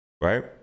right